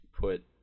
put